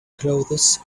clothes